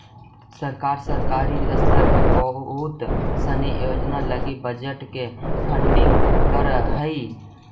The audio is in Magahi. सरकार सरकारी स्तर पर बहुत सनी योजना लगी बजट से फंडिंग करऽ हई